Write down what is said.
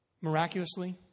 miraculously